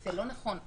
זה לא נכון,